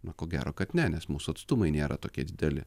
na ko gero kad ne nes mūsų atstumai nėra tokie dideli